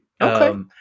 Okay